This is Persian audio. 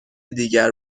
دیگر